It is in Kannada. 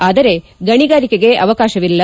ಆದರೆ ಗಣಿಗಾರಿಕೆಗೆ ಅವಕಾಶವಿಲ್ಲ